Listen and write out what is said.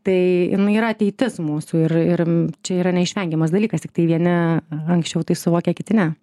tai jinai yra ateitis mūsų ir ir čia yra neišvengiamas dalykas tiktai vieni anksčiau tai suvokia kiti ne